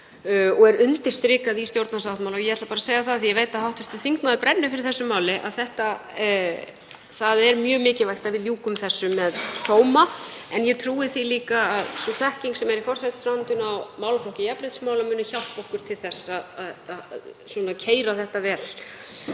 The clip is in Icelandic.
og er undirstrikað í stjórnarsáttmála. Ég ætla bara að segja, af því ég veit að hv. þingmaður brennur fyrir þessu máli, að það er mjög mikilvægt að við ljúkum því með sóma en ég trúi því líka að sú þekking sem er í forsætisráðuneytinu á málaflokki jafnréttismála muni hjálpa okkur til þess að keyra þetta vel